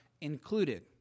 included